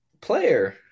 Player